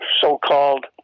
so-called